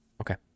okay